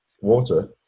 water